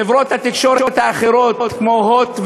חברות התקשורת האחרות, כמו "הוט",